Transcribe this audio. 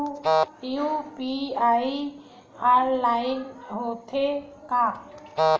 UPI online होथे का?